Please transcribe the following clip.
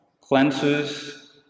cleanses